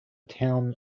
town